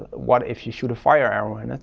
what if you shoot a fire arrow in it?